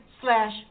slash